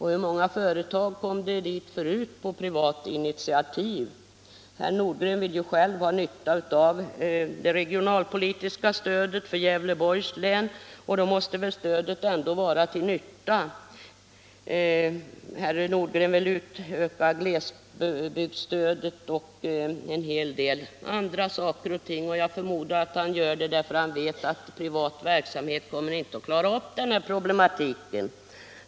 Hur många företag kom till förut på privat initiativ? Herr Nordgren vill själv ha nytta av det regionalpolitiska stödet för Gävleborgs län. Då måste väl stödet ändå vara till nytta. Herr Nordgren vill utöka glesbygdsstödet och en del andra saker och ting. Jag förmodar att han vill det, därför att han vet att privat verksamhet inte kan lösa problemen.